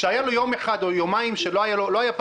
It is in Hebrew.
כשהיה לו יום אחד או יומיים שהוא לא היה פתוח,